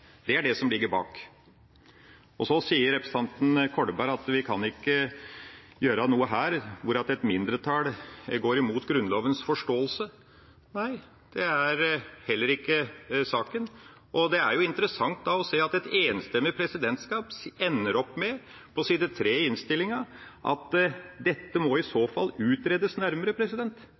Det er det som ligger bak. Så sier representanten Kolberg at vi ikke kan gjøre noe her – hvor et mindretall går imot Grunnlovens forståelse. Nei, det er heller ikke saken. Og det er jo interessant å se at et enstemmig presidentskap ender opp med – på side tre i innstillinga – at dette i så fall må